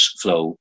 flow